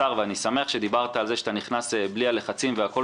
השר ואני שמח שדיברת על כך שאתה נכנס בלי הלחצים וכו',